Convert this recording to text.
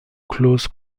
close